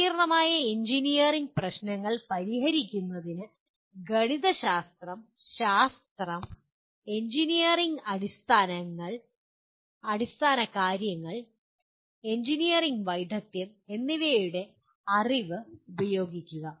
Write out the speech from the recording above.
സങ്കീർണ്ണമായ എഞ്ചിനീയറിംഗ് പ്രശ്നങ്ങൾ പരിഹരിക്കുന്നതിന് ഗണിതശാസ്ത്രം ശാസ്ത്രം എഞ്ചിനീയറിംഗ് അടിസ്ഥാനകാര്യങ്ങൾ എഞ്ചിനീയറിംഗ് വൈദഗ്ദ്ധ്യം എന്നിവയുടെ അറിവ് പ്രയോഗിക്കുക